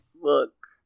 look